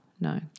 No